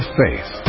faith